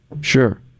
sure